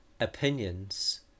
opinions